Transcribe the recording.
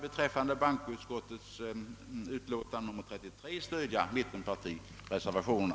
Beträffande bankoutskottets utlåtande nr 33 kommer jag att stödja mittenpartireservationerna.